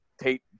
Tate